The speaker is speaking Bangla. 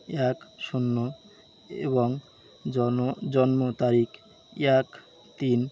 এক শূন্য এবং জন জন্ম তারিখ এক তিন